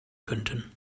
könnten